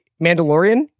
Mandalorian